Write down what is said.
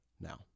Now